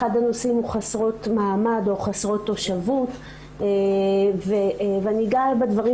אחד הנושאים הוא חסרות מעמד או חסרות תושבות ואני אגע בדברים